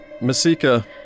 Masika